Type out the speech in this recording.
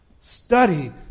Study